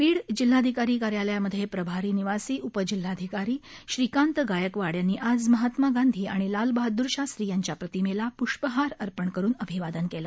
बीड जिल्हाधिकारी कार्यालयामध्ये प्रभारी निवासी उपजिल्हाधिकारी श्रीकांत गायकवाड यांनी आज महात्मा गांधी आणि लालबहादुर शास्त्री यांच्या प्रतिमेला पुष्पहार अर्पण करुन अभिवादन केलं